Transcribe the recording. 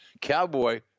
Cowboy